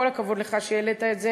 כל הכבוד לך שהעלית את זה,